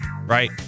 right